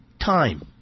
Time